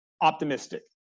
optimistic